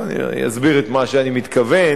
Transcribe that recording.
אני אסביר את מה שאני מתכוון.